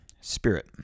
Spirit